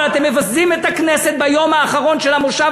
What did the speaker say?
אבל אתם מבזים את הכנסת ביום האחרון של המושב